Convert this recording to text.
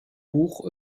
buch